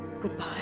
Goodbye